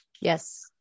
Yes